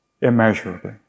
immeasurably